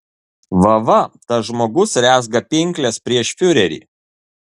va va tas žmogus rezga pinkles prieš fiurerį